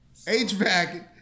HVAC